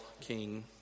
king